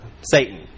Satan